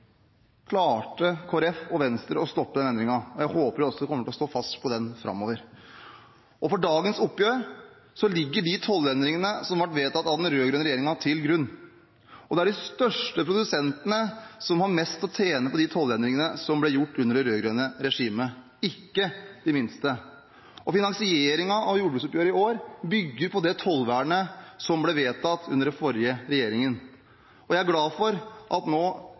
klarte Kristelig Folkeparti og Venstre å stoppe den endringen, og jeg håper de også kommer til å stå fast på det framover. For dagens oppgjør ligger de tollendringene som ble vedtatt av den rød-grønne regjeringen, til grunn. Det er de største produsentene som har mest å tjene på de tollendringene som ble gjort under det rød-grønne regimet, ikke de minste. Finansieringen av jordbruksoppgjøret i år bygger på det tollvernet som ble vedtatt under den forrige regjeringen, og jeg er glad for at nå